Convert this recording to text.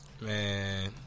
Man